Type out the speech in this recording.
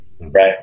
right